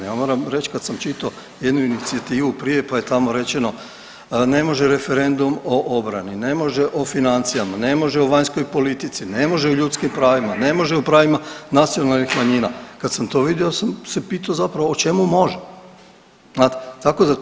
Ja moram reći kad sam čitao jednu inicijativu prije pa je tamo rečeno ne može referendum o obrani, ne može o financijama, ne može o vanjskoj politici, ne može o ljudskim pravima, ne može o pravima nacionalnih manjina, kad sam to vidio sam se pitao zapravo o čemu može, znate.